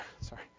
sorry